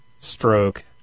stroke